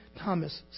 Thomas